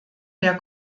der